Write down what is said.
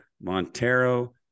Montero